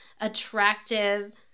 attractive